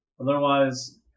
otherwise